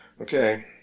Okay